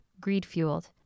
greed-fueled